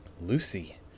Lucy